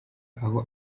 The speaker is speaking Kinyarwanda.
aho